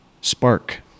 spark